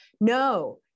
No